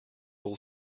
will